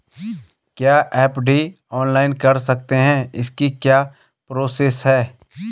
क्या FD online कर सकते हैं इसकी क्या प्रोसेस है?